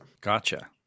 Gotcha